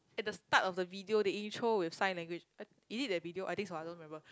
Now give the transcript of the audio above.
at the start of the video the intro with sign language uh is it that video I think so I don't remember